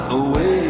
away